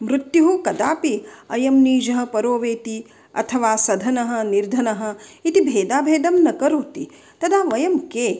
मृत्युः कदापि अयं नीचः परो वेति अथवा सधनः निर्धनः इति भेदाभेदं न करोति तदा वयं के